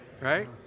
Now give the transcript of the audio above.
Right